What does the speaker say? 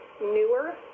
newer